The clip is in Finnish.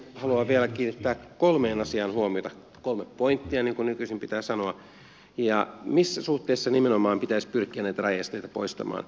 haluan vielä kiinnittää kolmeen asiaan huomiota kolme pointtia niin kuin nykyisin pitää sanoa missä suhteessa nimenomaan pitäisi pyrkiä näitä rajaesteitä poistamaan